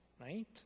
right